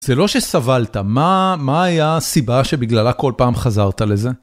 זה לא שסבלת, מה היה הסיבה שבגללה כל פעם חזרת לזה?